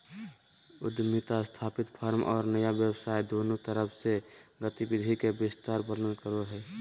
उद्यमिता स्थापित फर्म और नया व्यवसाय दुन्नु तरफ से गतिविधि के विस्तार वर्णन करो हइ